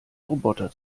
roboter